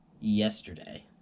yesterday